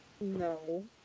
No